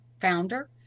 founder